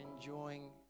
enjoying